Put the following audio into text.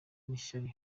n’ishyari